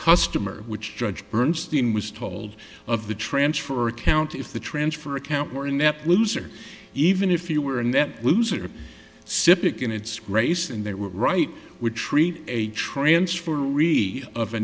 customer which judge bernstein was told of the transfer account if the transfer account were inept loser even if you were in that loser sipek in its grace and they were right would treat a transfer re of a